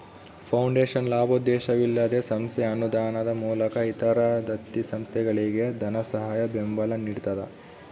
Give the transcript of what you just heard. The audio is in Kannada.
ಫೌಂಡೇಶನ್ ಲಾಭೋದ್ದೇಶವಿಲ್ಲದ ಸಂಸ್ಥೆ ಅನುದಾನದ ಮೂಲಕ ಇತರ ದತ್ತಿ ಸಂಸ್ಥೆಗಳಿಗೆ ಧನಸಹಾಯ ಬೆಂಬಲ ನಿಡ್ತದ